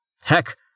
Heck